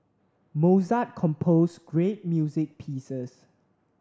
Mozart composed great music pieces